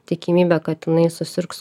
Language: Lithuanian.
tikimybė kad jinai susirgs